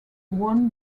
won